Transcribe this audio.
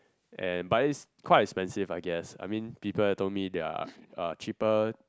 and but is quite expensive I guess I mean people told me there are uh cheaper